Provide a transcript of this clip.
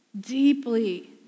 deeply